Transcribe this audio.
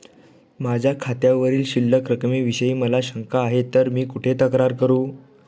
माझ्या खात्यावरील शिल्लक रकमेविषयी मला शंका आहे तर मी कुठे तक्रार करू?